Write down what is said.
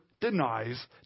denies